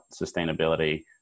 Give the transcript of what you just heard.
sustainability